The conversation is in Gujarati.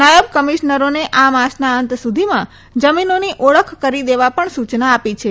નાયબ કમિશ્નરોને આ માસના અંત સુધીમાં જમીનોની ઓળખ કરી દેવા પણ સુચના આપી છે